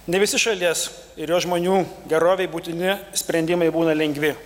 ne visi šalies ir jos žmonių gerovei būtini sprendimai būna lengvi